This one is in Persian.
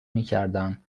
میکردم